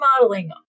modeling